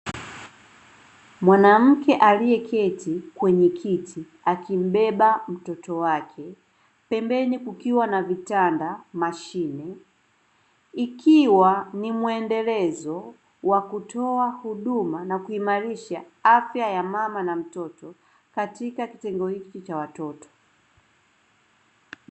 Mwanamke aliyeketi kwenye kiti akimbeba mtoto wake, pembeni kukiwa na vitanda, mashine. Ikiwa ni mwendelezo wa kutoa huduma na kuimarisha afya ya mama na mtoto katika kitengo hiki cha watoto.